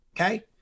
Okay